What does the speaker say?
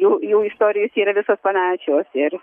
jų jų istorijos yra visos panašios ir